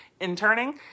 interning